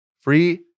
Free